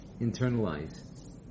internalize